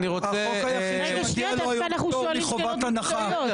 החוק היחיד שמגיע לו היום פטור מחובת הנחה.